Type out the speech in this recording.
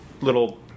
little